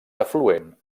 afluent